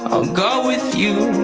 go with you.